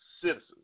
citizens